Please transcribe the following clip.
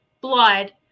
blood